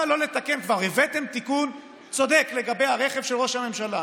כבר הבאתם תיקון צודק לגבי הרכב של ראש הממשלה.